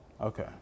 Okay